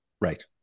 Right